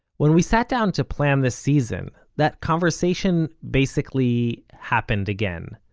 when we sat down to plan this season, that conversation basically happened again.